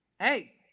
Hey